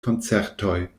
koncertoj